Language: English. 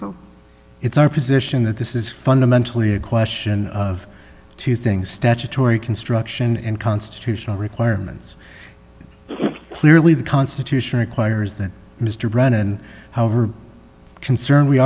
l it's our position that this is fundamentally a question of two things statutory construction and constitutional requirements clearly the constitution requires that mr brennan however concern we